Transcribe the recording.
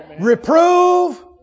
Reprove